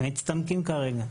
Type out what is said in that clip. מצטמקים כרגע,